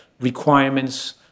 requirements